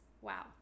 Wow